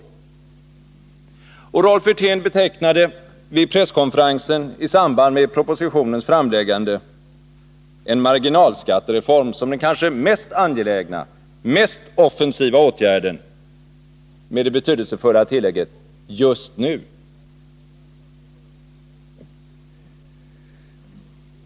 Och Rolf Wirtén betecknade vid presskonferensen i samband med propositionens framläggande ”en marginalskattereform som den kanske mest angelägna, mest offensiva åtgärden” med det betydelsefulla tillägget ”just nu”.